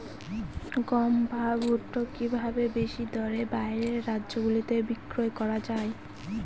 গম বা ভুট্ট কি ভাবে বেশি দরে বাইরের রাজ্যগুলিতে বিক্রয় করা য়ায়?